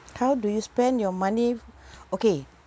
how do you spend your money okay